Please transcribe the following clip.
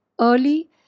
early